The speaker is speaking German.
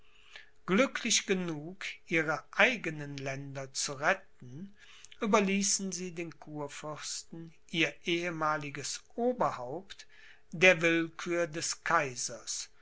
glücklich genug ihre eigenen länder zu retten überließen sie den kurfürsten ihr ehemaliges oberhaupt der willkür des kaisers